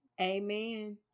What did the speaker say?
Amen